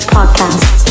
Podcast